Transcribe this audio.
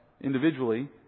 individually